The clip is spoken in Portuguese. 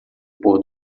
pôr